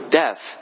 death